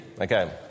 okay